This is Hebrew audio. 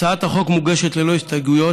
הצעת החוק מוגשת ללא הסתייגויות,